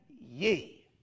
ye